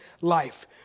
life